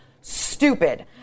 stupid